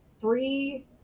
three